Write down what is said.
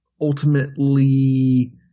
ultimately